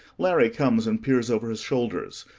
larry comes and peers over his shoulders.